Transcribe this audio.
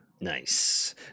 Nice